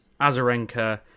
Azarenka